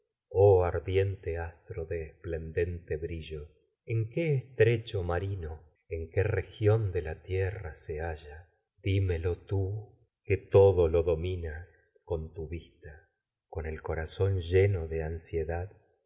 oh ardiente astro de esplendente brillo en en qué estrecho marino dimelo corazón qué región lo de la tierra tu se halla tú que todo dominas sé con vista con otro el lleno de ánsiedad